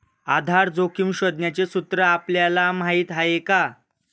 आधार जोखिम शोधण्याचे सूत्र आपल्याला माहीत आहे का?